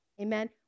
Amen